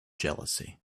jealousy